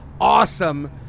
awesome